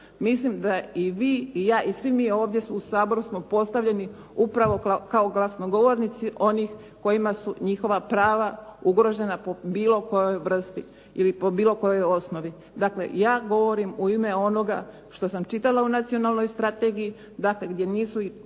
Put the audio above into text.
Mislim da i vi i ja i svi mi ovdje u Saboru smo postavljeni upravo kao glasnogovornici onih kojima su njihova prava ugrožena po bilo kojoj vrsti ili po bilo kojoj osnovi. Dakle, ja govorim u ime onoga što sam čitala u nacionalnoj strategiji, dakle gdje nisu